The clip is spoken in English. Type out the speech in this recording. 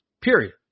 Period